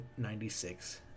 96